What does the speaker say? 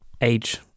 age